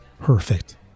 perfect